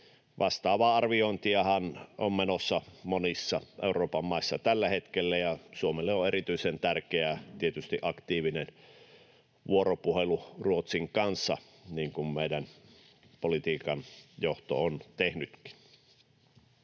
Vastaavaa arviointiahan on menossa monissa Euroopan maissa tällä hetkellä, ja Suomelle on erityisen tärkeää tietysti aktiivinen vuoropuhelu Ruotsin kanssa, niin kuin meidän politiikan johto on tehnytkin.